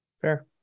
Fair